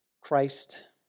Christ